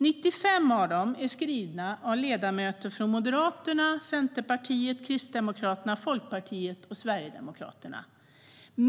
95 av dem är skriva av ledamöter från Moderaterna, Centerpartiet, Kristdemokraterna, Folkpartiet och Sverigedemokraterna.